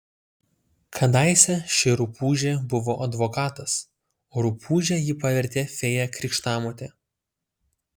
kadaise ši rupūžė buvo advokatas o rupūže jį pavertė fėja krikštamotė